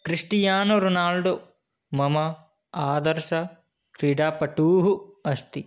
Cristiano Ronaldo मम आदर्शः क्रीडापटुः अस्ति